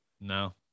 no